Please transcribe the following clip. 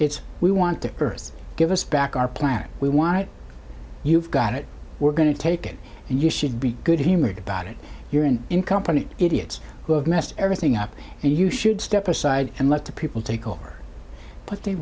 it's we want to earth give us back our planet we want it you've got it we're going to take it and you should be good humored about it you're in in company idiots who have messed everything up and you should step aside and let the people take over what they